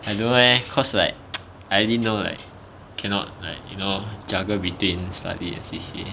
I don't know leh cause like I didn't know like cannot like you know juggle between study and C_C_A